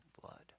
Blood